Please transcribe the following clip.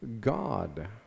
God